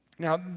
Now